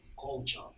culture